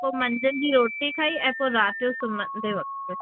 पोइ मंझंदि जी रोटी खाई ऐं पोइ राति जो सुम्हंदे वक़्तु